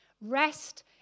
rest